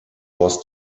was